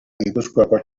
gipuzkoako